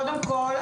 קודם כול,